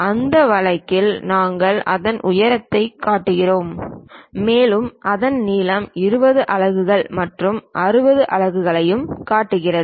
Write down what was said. அந்த வழக்கில் நாங்கள் அதன் உயரத்தைக் காட்டுகிறோம் மேலும் அதன் நீளம் 20 அலகுகள் மற்றும் 60 அலகுகளையும் காட்டுகிறோம்